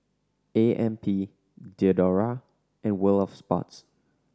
A M P Diadora and World Of Sports